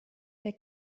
der